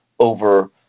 over